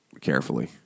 carefully